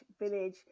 village